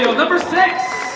number six